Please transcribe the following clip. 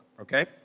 okay